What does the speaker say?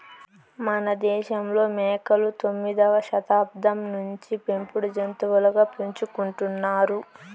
మనదేశంలో మేకలు తొమ్మిదవ శతాబ్దం నుంచే పెంపుడు జంతులుగా పెంచుకుంటున్నారు